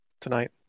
tonight